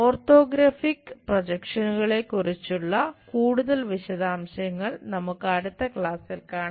orthographic പ്രൊജക്ഷനുകളെക്കുറിച്ചുള്ള കൂടുതൽ വിശദാംശങ്ങൾ നമുക്ക് അടുത്ത ക്ലാസ്സിൽ കാണാം